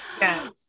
yes